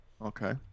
Okay